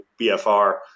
BFR